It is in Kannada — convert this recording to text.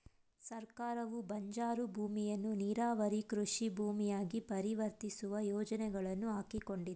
ಸರ್ಕಾರವು ಬಂಜರು ಭೂಮಿಯನ್ನು ನೀರಾವರಿ ಕೃಷಿ ಭೂಮಿಯಾಗಿ ಪರಿವರ್ತಿಸುವ ಯೋಜನೆಗಳನ್ನು ಹಾಕಿಕೊಂಡಿದೆ